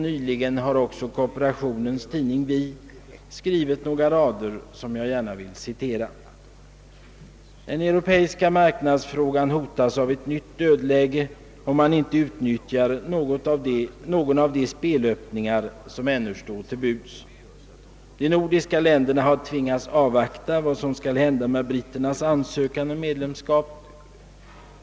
Nyligen har kooperationens tidning »Vi» skrivit några rader, som jag vill citera: »Den europeiska marknads frågan hotas av ett nytt dödläge om man inte utnyttjar någon av de spelöppningar, som ännu står till buds. De nordiska länderna har tvingats avvakta vad som skulle hända med britternas ansökan om medlemskap.